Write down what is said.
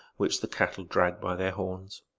which the cattle drag by their horns.